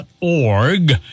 .org